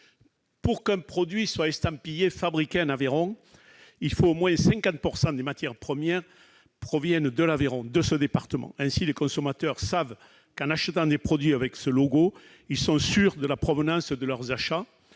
Pour qu'un produit soit estampillé « Fabriqué en Aveyron », il faut qu'au moins 50 % des matières premières proviennent de ce département. Ainsi, les consommateurs qui achètent des produits sous ce logo sont certains de la provenance de leurs achats.